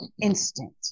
instant